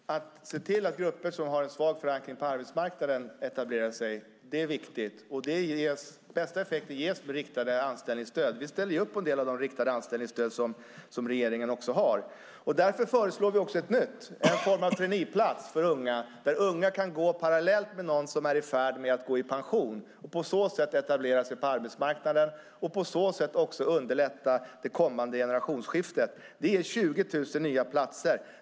Herr talman! Det är viktigt att se till att grupper som har en svag förankring på arbetsmarknaden etablerar sig. Den bästa effekten får man med riktade anställningsstöd. Vi ställer upp på en del av de riktade anställningsstöd som regeringen har. Därför föreslår vi ett nytt, en form av traineeplats för unga där de kan gå parallellt med någon som är i färd med att gå i pension. På så sätt kan de etablera sig på arbetsmarknaden och underlätta det kommande generationsskiftet. Det ger 20 000 nya platser.